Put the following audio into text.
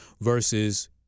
versus